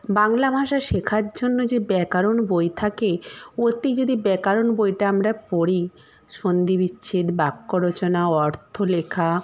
বাংলা ভাষা শেখার জন্য যে ব্যাকরণ বই থাকে ওতেই যদি ব্যাকরণ বইটা আমরা পড়ি সন্ধি বিচ্ছেদ বাক্য রচনা অর্থ লেখা